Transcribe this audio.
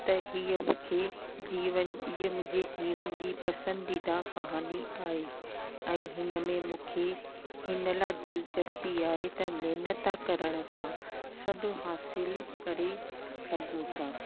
त इहा मूंखे जीवन इहा मुंहिंजे जीवन जी पसंदीदा कहाणी आहे ऐं हिन में मूंखे हिन लाइ दिलचस्पी आहे त महिनत करण सां सभु हासिल करे सघूं था